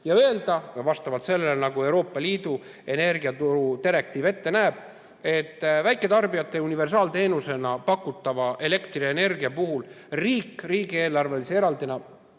ja öelda, vastavalt sellele, nagu Euroopa Liidu energiaturu direktiiv ette näeb, et väiketarbijate universaalteenusena pakutava elektrienergia puhul tuleb riigieelarvelise eraldisena